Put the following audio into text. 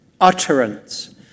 utterance